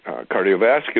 cardiovascular